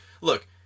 look